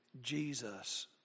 Jesus